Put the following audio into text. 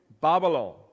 Babylon